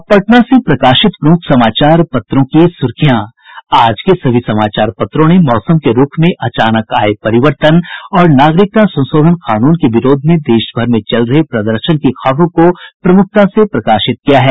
अब पटना से प्रकाशित प्रमुख समाचार पत्रों की सुर्खियां आज के सभी समाचार पत्रों ने मौसम के रूख में अचानक आये परिवर्तन और नागरिकता संशोधन कानून के विरोध में देशभर में चल रहे प्रदर्शन की खबरों को प्रमुखता से प्रकाशित किया है